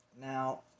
Now